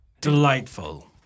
Delightful